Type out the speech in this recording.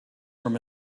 from